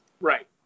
Right